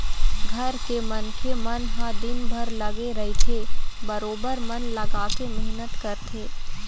घर के मनखे मन ह दिनभर लगे रहिथे बरोबर मन लगाके मेहनत करथे